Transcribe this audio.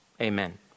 Amen